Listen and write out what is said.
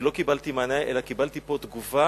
ולא קיבלתי מענה, אלא קיבלתי פה תגובה,